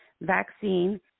vaccine